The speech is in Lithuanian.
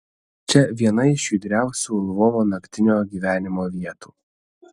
čia viena iš judriausių lvovo naktinio gyvenimo vietų